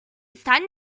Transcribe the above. starting